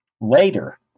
later